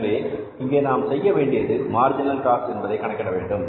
எனவே இங்கே நாம் செய்யவேண்டியது மார்ஜினல் காஸ்ட் என்பதை கணக்கிட வேண்டும்